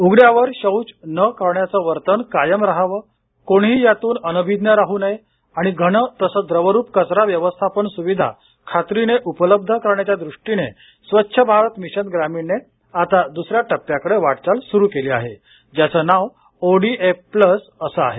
उघड्यावर शौच न करण्याचं वर्तन कायम राहावं कोणीही यातून अनभिज्ञ राहू नये आणि घन तसंच द्रवरुप कचरा व्यवस्थापन सुविधा खातरीने उपलब्ध करण्याच्या दृष्टिने स्वच्छ भारत मिशन ग्रामीणने आता दुसऱ्या टप्प्याकडे वाटचाल सुरु केली आहे ज्याचं नाव ओडीएफ प्लस असं आहे